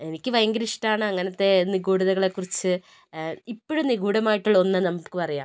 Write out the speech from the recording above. എനിക്ക് ഭയങ്കര ഇഷ്ടമാണ് അങ്ങനത്തെ നിഗൂഢതകളെ കുറിച്ച് ഇപ്പഴും നിഗൂഢമായിട്ടുള്ള ഒന്ന് നമുക്കുമറിയാം